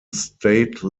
state